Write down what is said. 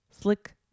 slick